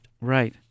Right